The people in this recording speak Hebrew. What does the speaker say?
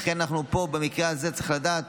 לכן במקרה הזה צריך לדעת